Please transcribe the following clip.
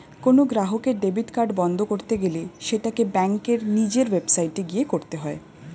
কোনো গ্রাহকের debit card বন্ধ করতে গেলে সেটাকে ব্যাঙ্কের নিজের ওয়েবসাইটে গিয়ে করতে হয়ে